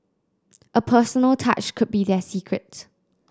a personal touch could be their secret